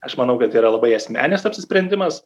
aš manau kad tai yra labai asmeninis apsisprendimas